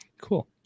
cool